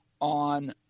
on